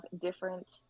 different